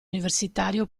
universitario